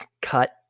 cut